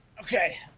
Okay